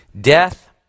Death